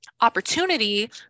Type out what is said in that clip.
opportunity